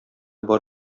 бар